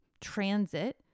transit